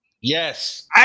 yes